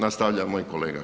Nastavlja moj kolega.